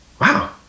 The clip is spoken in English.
wow